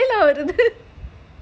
இது ஒரு இது:idhula oru idhu